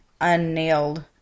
unnailed